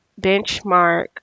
Benchmark